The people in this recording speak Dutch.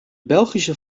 belgische